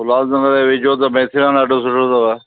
उल्हासनगर जे वेझो त ॾाढो सुठो अथव